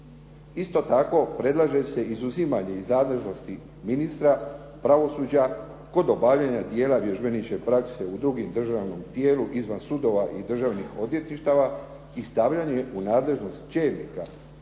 Isto tako predlaže se izuzimanje iz nadležnosti ministra pravosuđa kod obavljanja dijela vježbeničke prakse u drugima državama u tijelu izvan sudova i državnih odvjetništava i stavljanje u nadležnost čelnika